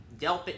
Delpit